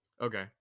Okay